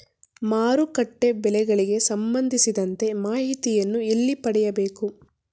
ಮಾರುಕಟ್ಟೆ ಬೆಲೆಗಳಿಗೆ ಸಂಬಂಧಿಸಿದಂತೆ ಮಾಹಿತಿಯನ್ನು ಎಲ್ಲಿ ಪಡೆಯಬೇಕು?